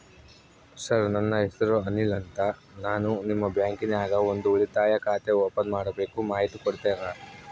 Sir ನನ್ನ ಹೆಸರು ಅನಿಲ್ ಅಂತ ನಾನು ನಿಮ್ಮ ಬ್ಯಾಂಕಿನ್ಯಾಗ ಒಂದು ಉಳಿತಾಯ ಖಾತೆ ಓಪನ್ ಮಾಡಬೇಕು ಮಾಹಿತಿ ಕೊಡ್ತೇರಾ?